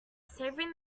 savouring